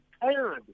tired